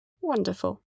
Wonderful